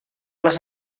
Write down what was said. les